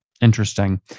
Interesting